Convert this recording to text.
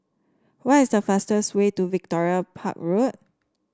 what is the fastest way to Victoria Park Road